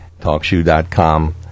TalkShoe.com